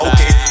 Okay